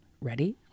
Ready